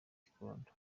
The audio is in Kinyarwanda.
gikondo